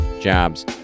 Jobs